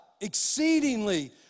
exceedingly